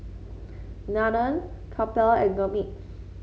Nathan Kapil and Gurmeet